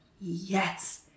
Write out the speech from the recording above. yes